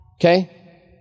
okay